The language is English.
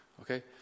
Okay